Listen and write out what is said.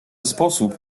sposób